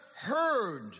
heard